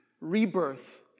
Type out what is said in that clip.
rebirth